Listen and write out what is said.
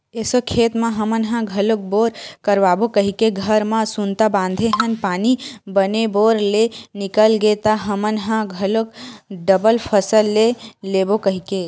एसो खेत म हमन ह घलोक बोर करवाबो कहिके घर म सुनता बांधे हन पानी बने बोर ले निकल गे त हमन ह घलोक डबल फसल ले लेबो कहिके